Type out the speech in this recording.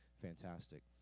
fantastic